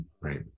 right